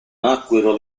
nacquero